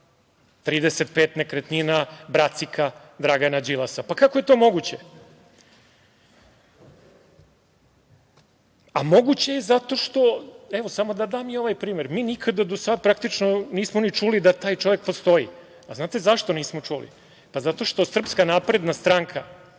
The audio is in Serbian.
35 nekretnina, bracika Dragana Đilasa. Pa kako je to moguće? Moguće je zato što, evo, samo da dam i ovaj primer – mi nikada do sada praktično nismo ni čuli da taj čovek postoji. Znate zašto nismo čuli? Zato što SNS neće, niti